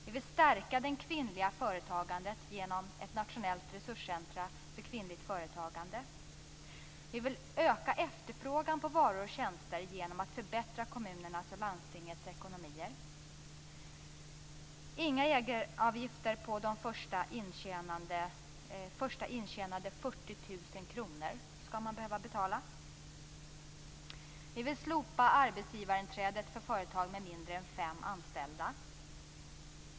Vi vill stärka det kvinnliga företagandet genom ett nationellt resurscentrum för kvinnligt företagande. Vi vill öka efterfrågan på varor och tjänster genom att förbättra kommunernas och landstingens ekonomier. Inga egenavgifter på de första intjänade 40 000 kronorna skall man behöva betala. Vi vill slopa arbetsgivarinträdet för företag med mindre än fem anställda.